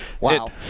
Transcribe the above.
Wow